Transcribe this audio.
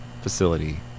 facility